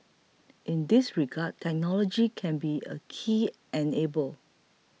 in this regard technology can be a key enabler